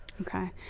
Okay